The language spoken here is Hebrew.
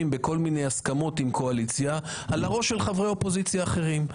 בכל מיני הסכמות עם קואליציה על הראש של חברי אופוזיציה אחרים.